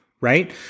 right